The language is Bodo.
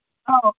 औ